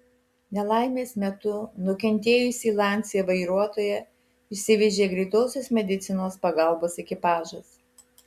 nelaimės metu nukentėjusį lancia vairuotoją išsivežė greitosios medicinos pagalbos ekipažas